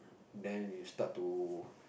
then you start to